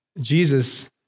Jesus